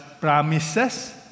promises